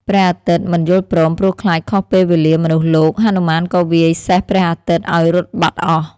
ព្រះអាទិត្យមិន យល់ព្រម ព្រោះខ្លាចខុសពេលវេលាមនុស្សលោក ហនុមានក៏វាយសេះព្រះអាទិត្យឱ្យរត់បាត់អស់។